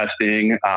testing